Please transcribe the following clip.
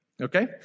Okay